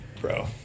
Bro